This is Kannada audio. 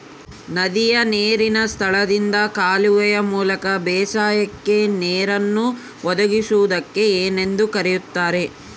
ನದಿಯ ನೇರಿನ ಸ್ಥಳದಿಂದ ಕಾಲುವೆಯ ಮೂಲಕ ಬೇಸಾಯಕ್ಕೆ ನೇರನ್ನು ಒದಗಿಸುವುದಕ್ಕೆ ಏನೆಂದು ಕರೆಯುತ್ತಾರೆ?